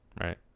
right